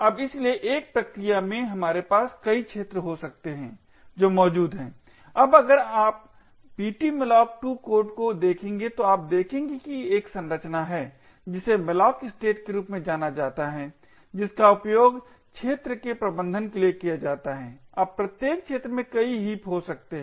अब इसलिए एक प्रक्रिया में हमारे पास कई क्षेत्र हो सकते हैं जो मौजूद हैं अब अगर आप ptmalloc2 कोड को देखेंगे तो आप देखेंगे कि एक संरचना है जिसे malloc state के रूप में जाना जाता है जिसका उपयोग क्षेत्र के प्रबंधन के लिए किया जाता है अब प्रत्येक क्षेत्र में कई हीप हो सकते हैं